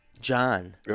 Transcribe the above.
John